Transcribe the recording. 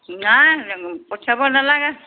নাই পঠিয়াব নেলাগে